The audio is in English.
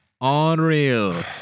Unreal